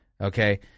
Okay